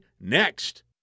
next